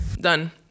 Done